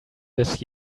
this